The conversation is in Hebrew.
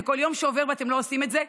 וכל יום שעובר ואתם לא עושים את זה,